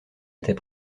était